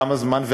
כמה זמן,